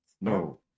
No